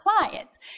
clients